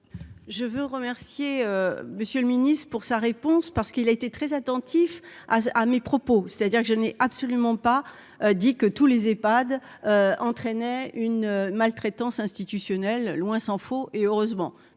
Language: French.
Je veux remercier Monsieur le Ministre, pour sa réponse parce qu'il a été très attentif à mes propos, c'est-à-dire que je n'ai absolument pas dit que tous les Epad entraînait une maltraitance institutionnelle, loin s'en faut, et heureusement,